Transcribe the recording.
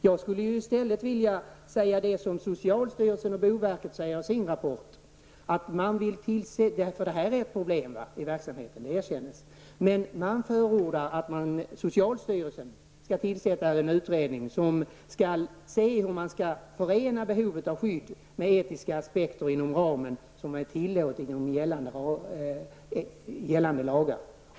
Jag skulle i stället vilja säga detsamma som socialstyrelsen och boverket har gjort i sin rapport, för detta är ett problem i verksamheten, det erkännes. Man förordar att socialstyrelsen skall tillsätta en utredning för att se hur man skall kunna förena behovet av skydd med etiska aspekter inom ramen för gällande lagar.